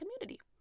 community